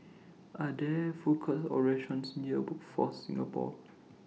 Are There Food Courts Or restaurants near Workforce Singapore